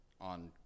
on